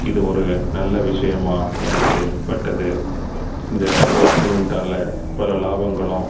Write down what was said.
இது ஒரு நல்ல விஷயமாக எனக்கு பட்டது இந்த ஒயிட் சிமெண்ட்டால் பல லாபங்களும்